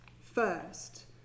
first